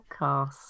podcast